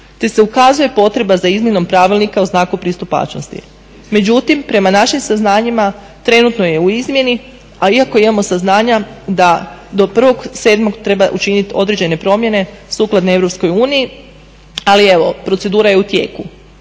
te se ukazuje potreba za izmjenom pravilnika u znaku pristupačnosti. Međutim prema našim saznanjima trenutno je u izmjeni, ali iako imamo saznanja da do 01.07. treba učiniti određene promjene sukladne EU, ali evo, procedura je u tijeku.